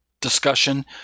discussion